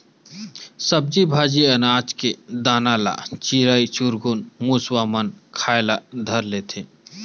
सब्जी भाजी, अनाज के दाना ल चिरई चिरगुन, मुसवा मन खाए ल धर लेथे